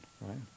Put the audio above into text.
right